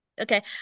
Okay